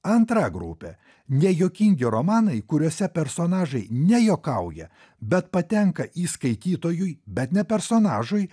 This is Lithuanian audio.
antra grupė nejuokingi romanai kuriuose personažai ne juokauja bet patenka į skaitytojui bet ne personažui